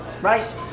right